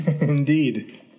Indeed